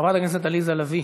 חברת הכנסת עליזה לביא,